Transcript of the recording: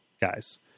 guys